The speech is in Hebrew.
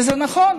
וזה נכון,